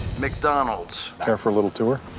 mcdonald's! care for a little tour?